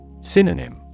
Synonym